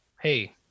Hey